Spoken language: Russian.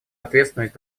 ответственность